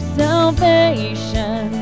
salvation